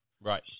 Right